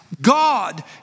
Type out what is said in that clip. God